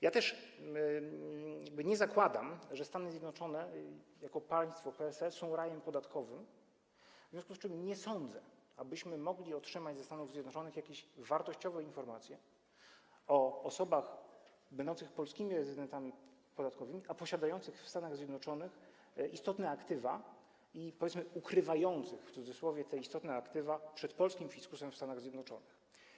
Ja też nie zakładam, że Stany Zjednoczone jako państwo... są rajem podatkowym, w związku z czym nie sądzę, abyśmy mogli otrzymać ze Stanów Zjednoczonych jakieś wartościowe informacje o osobach będących polskimi rezydentami podatkowymi, a posiadających w Stanach Zjednoczonych istotne aktywa i, powiedzmy, ukrywających, w cudzysłowie, te istotne aktywa przed polskim fiskusem w Stanach Zjednoczonych.